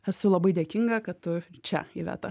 esu labai dėkinga kad tu čia iveta